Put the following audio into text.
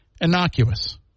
innocuous